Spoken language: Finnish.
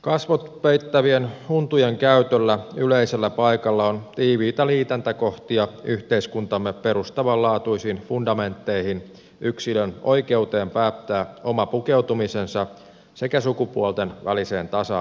kasvot peittävien huntujen käytöllä yleisellä paikalla on tiiviitä liitäntäkohtia yhteiskuntamme perustavanlaatuisiin fundamentteihin yksilön oikeuteen päättää oma pukeutumisensa sekä sukupuolten väliseen tasa arvoon